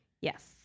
Yes